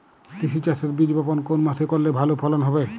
তিসি চাষের বীজ বপন কোন মাসে করলে ভালো ফলন হবে?